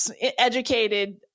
educated